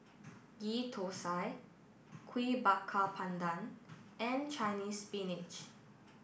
Ghee Thosai Kuih Bakar Pandan and Chinese Spinach